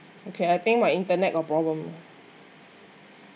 okay I think my internet got problem